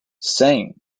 saying